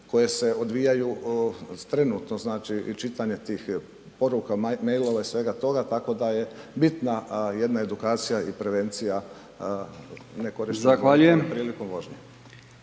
koje se odvijaju trenutno. Znači i čitanje tih poruka, mailova i svega toga tako da je bitna jedna edukacija i prevencija ne korištenja mobitela prilikom vožnje.